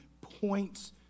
points